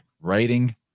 writing